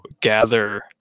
gather